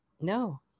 No